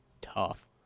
Tough